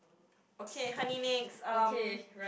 okay honey next um